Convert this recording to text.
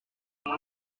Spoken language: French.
mais